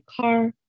car